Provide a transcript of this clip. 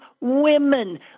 women